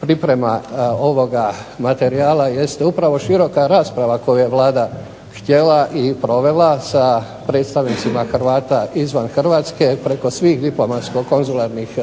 priprema ovoga materijala jeste upravo široka rasprava koju je Vlada htjela i provela sa predstavnicima Hrvata izvan Hrvatske preko svih diplomatsko-konzularnih